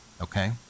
okay